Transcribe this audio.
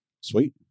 Sweet